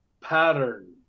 pattern